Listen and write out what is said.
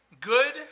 good